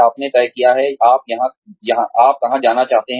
आपने तय किया आप कहाँ जाना चाहते हैं